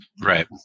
Right